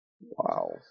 Wow